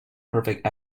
perfect